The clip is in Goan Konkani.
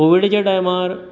कॉविडाच्या टायमार